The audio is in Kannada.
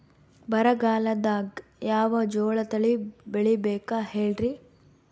ಬರಗಾಲದಾಗ್ ಯಾವ ಜೋಳ ತಳಿ ಬೆಳಿಬೇಕ ಹೇಳ್ರಿ?